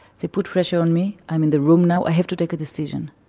they put pressure on me, i'm in the room now, i have to take a decision.